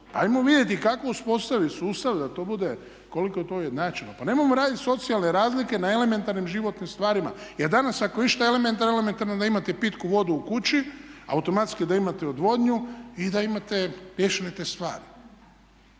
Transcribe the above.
Hajmo vidjeti kako uspostaviti sustav da to bude koliko to ujednačeno, pa nemojmo raditi socijalne razlike na elementarnim životnim stvarima. Jer danas ako je išta elementarno, elementarno je da imate pitku vodu u kući, automatski da imate odvodnju i da imate …/Govornik